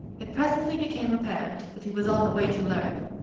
it presently became apparent that he was on the way to learn.